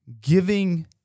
giving